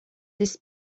this